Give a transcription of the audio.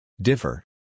Differ